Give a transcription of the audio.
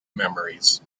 memories